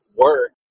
work